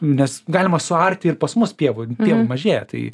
nes galima suarti ir pas mus pievoj pievų mažėja tai